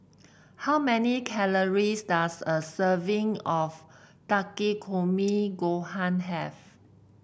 how many calories does a serving of Takikomi Gohan have